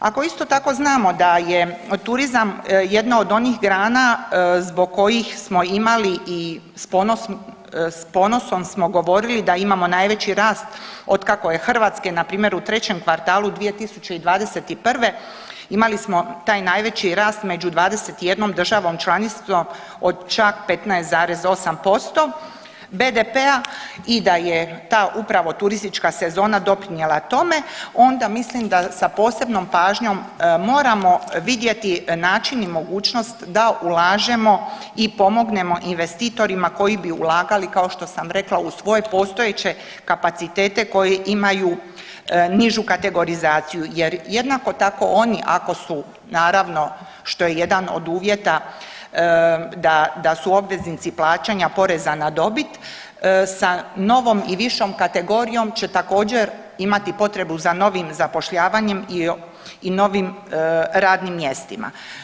Ako isto tako znamo da je turizam jedna od onih grana zbog kojih smo imali i s ponosom smo govorili da imamo najveći rast od kako je Hrvatske npr. u trećem kvartalu 2021. imali smo taj najveći rast među 21 državom članicom od čak 15,8% BDP-a i da je ta upravo turistička sezone doprinijela tome onda mislim da sa posebnom pažnjom moramo vidjeti način i mogućnost da ulažemo i pomognemo investitorima koji bi ulagali kao što sam rekla u svoje postojeće kapacitete koje imaju nižu kategorizaciju jer jednako tako oni ako su naravno što je jedan od uvjeta da su obveznici plaćanja poreza na dobit sa novom i višom kategorijom će također imati potrebu za novim zapošljavanjem i novim radnim mjestima.